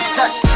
touch